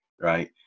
right